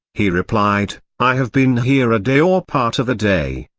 he replied, i have been here a day or part of a day.